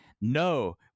No